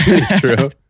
True